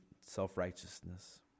self-righteousness